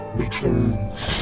returns